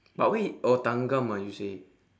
but where he oh thanggam ah you say